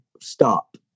stop